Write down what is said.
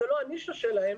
זאת לא הנישה שלהם